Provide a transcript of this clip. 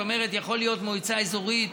זאת אומרת, יכולה להיות מועצה אזורית